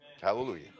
Hallelujah